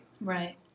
Right